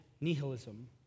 nihilism